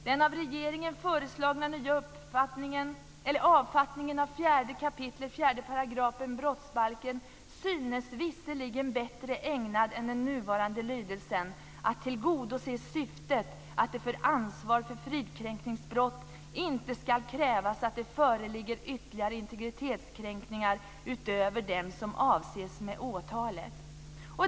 Den av regeringen föreslagna nya avfattningen av 4 kap. 4 § brottsbalken synes visserligen bättre ägnad än den nuvarande lydelsen att tillgodose syftet: att det för ansvar för fridskränkningsbrott inte ska krävas att det föreligger ytterligare integritetskränkningar utöver dem som avses med åtalet.